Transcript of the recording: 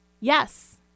Yes